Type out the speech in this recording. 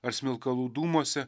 ar smilkalų dūmuose